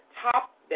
top